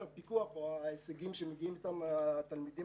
הפיקוח וההישגים שמגיעים אתם התלמידים